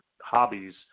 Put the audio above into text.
hobbies